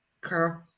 Carl